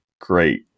great